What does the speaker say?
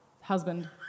husband